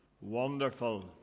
Wonderful